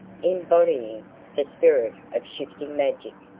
embodying that spirit of shifting magic,